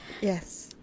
Yes